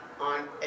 on